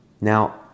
Now